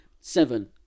Seven